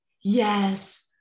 Yes